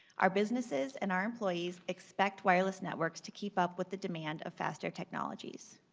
our businesses and our employees expect wireless networks to keep up with the demand of faster technology.